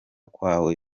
kwawe